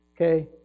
Okay